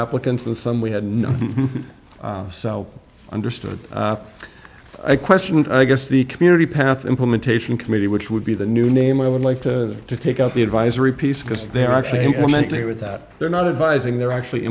applicants and some we had none so understood i questioned i guess the community path implementation committee which would be the new name i would like to take up the advisory piece because they're actually implementing with that they're not a vising they're actually